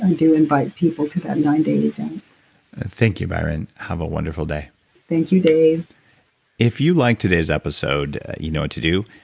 and do invite people to that nine days event thank you byron. have a wonderful day thank you, dave if you liked today's episode, you know what to do.